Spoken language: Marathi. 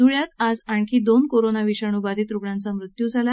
ध्वळ्यात आज आणखी दोन कोरोनाविषाणू बाधित रुग्णांचा मृत्यू झाला